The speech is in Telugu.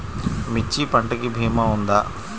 మిర్చి పంటకి భీమా ఉందా?